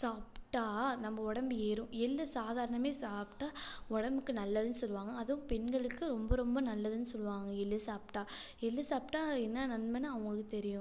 சாப்பிட்டா நம்ம உடம்பு ஏறும் எள்ளு சாதாரணமே சாப்பிட்டா உடம்புக்கு நல்லதுன்னு சொல்லுவாங்கள் அதுவும் பெண்களுக்கு ரொம்ப ரொம்ப நல்லதுன்னு சொல்லுவாங்கள் எள்ளு சாப்பிட்டா எள்ளு சாப்பிட்டா என்ன நன்மைன்னு அவங்களுக்குத் தெரியும்